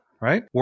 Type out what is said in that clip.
right